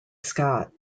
scott